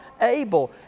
able